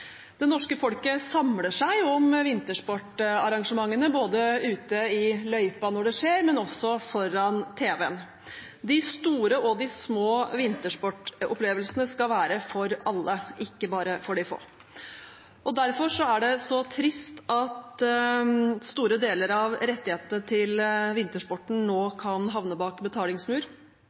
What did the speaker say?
også foran tv-en. De store og små vintersportopplevelsene skal være for alle, ikke bare for de få. Derfor er det så trist at store deler av rettighetene til vintersporten kan havne bak betalingsmur